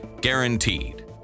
guaranteed